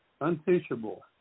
unteachable